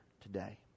today